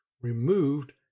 removed